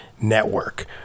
network